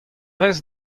rez